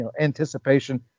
anticipation